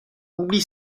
oublie